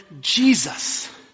Jesus